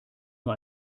nur